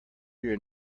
your